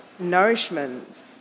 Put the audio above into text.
nourishment